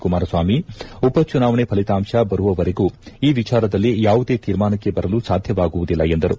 ಕುಮಾರಸ್ವಾಮಿ ಉಪಚುನಾವಣೆ ಫಲಿತಾಂಶ ಬರುವವರೆಗೂ ಈ ವಿಚಾರದಲ್ಲಿ ಯಾವುದೇ ತೀರ್ಮಾನಕ್ಕೆ ಬರಲು ಸಾಧ್ಯವಾಗುವುದಿಲ್ಲ ಎಂದರು